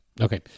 Okay